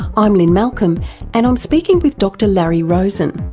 i'm lynne malcolm and i'm speaking with dr larry rosen.